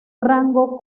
rango